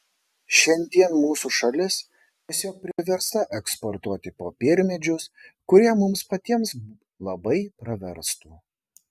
šiandien mūsų šalis tiesiog priversta eksportuoti popiermedžius kurie mums patiems labai praverstų